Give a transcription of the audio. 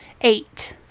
eight